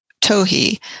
tohi